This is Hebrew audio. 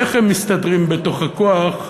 איך הם מסתדרים בתוך הכוח,